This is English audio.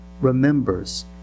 remembers